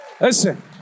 Listen